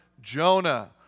Jonah